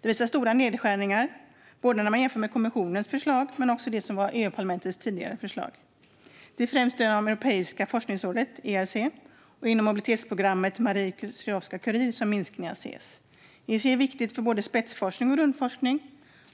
Det visar stora nedskärningar när man jämför med både kommissionens förslag och det som var Europaparlamentets tidigare förslag. Det är främst inom Europeiska forskningsrådet, ERC, och mobilitetsprogrammet Marie Sklodowska-Curie som minskningarna ses. ERC är viktigt för både spetsforskning och rundforskning.